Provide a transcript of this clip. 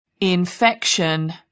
Infection